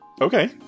Okay